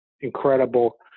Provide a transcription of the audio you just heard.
incredible